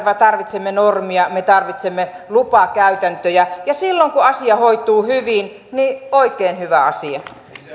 tarvitsemme normeja me tarvitsemme lupakäytäntöjä ja silloin kun asia hoituu hyvin niin oikein hyvä asia